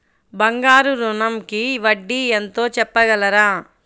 బంగారు ఋణంకి వడ్డీ ఎంతో చెప్పగలరా?